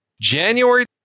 January